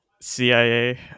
CIA